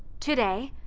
today,